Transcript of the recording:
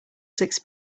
six